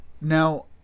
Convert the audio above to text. now